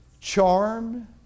charm